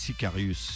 Sicarius